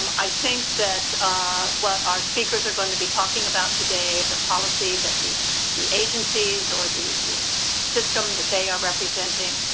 um i think that what our speakers are going to be talking about today, the policy that the the agencies or the the system that they are representing,